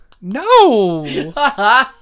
No